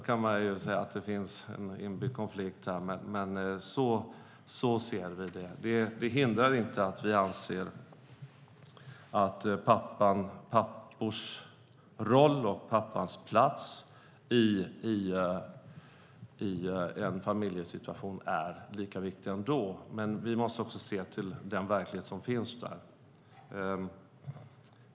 Man kan säga att det finns en inbyggd konflikt här, men så ser vi på det. Det hindrar inte att vi anser att pappans roll och plats i en familjesituation är viktig. Vi måste dock se till den verklighet som finns.